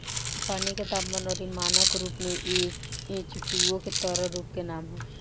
पानी के तापमान अउरी मानक रूप में एचटूओ के तरल रूप के नाम ह